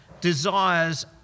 desires